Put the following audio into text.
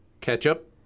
ketchup